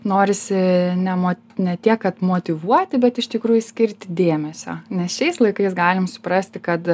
norisi ne mo ne tiek kad motyvuoti bet iš tikrųjų skirti dėmesio nes šiais laikais galim suprasti kad